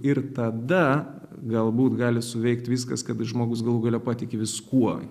ir tada galbūt gali suveikt viskas kad žmogus galų gale patiki viskuo